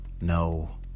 no